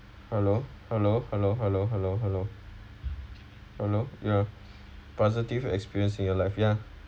hello hello hello hello hello hello hello ya positive experience in your life ya